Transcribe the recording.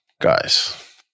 guys